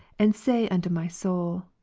and say unto my soul,